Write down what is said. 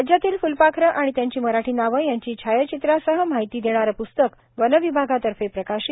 राज्यातील फुलपाखरे आणि त्यांची मराठी नावं यांची छायाचित्रासह माहिती देणारं पुस्तक वनविभागातर्फे प्रकाशित